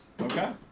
Okay